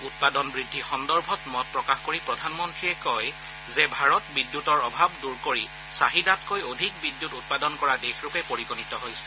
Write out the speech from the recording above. উৎপাদন বৃদ্ধি সন্দৰ্ভত মত প্ৰকাশ কৰি প্ৰধানমন্ত্ৰীয়ে কয় যে ভাৰত বিদ্যুৎৰ অভাৱ দূৰ কৰি চাহিদাতকৈ অধিক বিদ্যুৎ উৎপাদন কৰা দেশৰূপে পৰিগণিত হৈছে